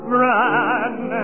run